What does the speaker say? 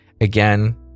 again